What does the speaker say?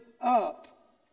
up